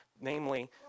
namely